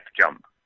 jump